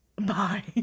Bye